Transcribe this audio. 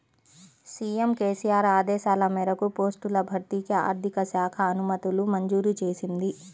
CM KCR ఆదేశాల మేరకు పోస్టుల భర్తీకి ఆర్థిక శాఖ అనుమతులు మంజూరు చేసింది